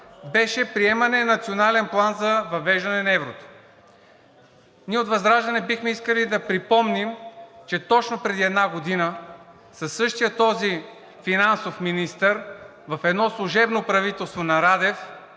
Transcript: беше приемане на Национален план за въвеждане на еврото. Ние от ВЪЗРАЖДАНЕ бихме искали да припомним, че точно преди една година със същия този финансов министър, в едно служебно правителство на Радев,